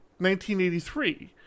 1983